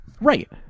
Right